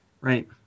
right